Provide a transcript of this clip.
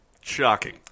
shocking